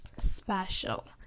special